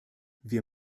wir